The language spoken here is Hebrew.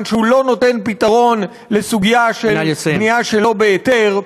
שהוא לא נותן פתרון לסוגיה של בנייה שלא בהיתר,